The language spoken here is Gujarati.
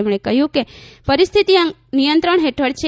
તેમણે કહ્યું કે પરિસ્થિતિ નિયંત્રણ હેઠળ છે